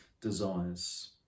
desires